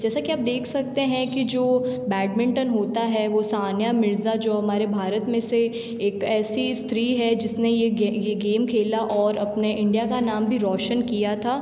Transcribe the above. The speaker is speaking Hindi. जैसा कि आप देख सकते हैं कि जो बैडमिंटन होता है वह सानिया मिर्ज़ा जो हमारे भारत में से एक ऐसी स्त्री है जिसने यह गे यह गेम खेला और अपने इंडिया का नाम भी रोशन किया था